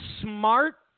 smart